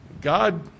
God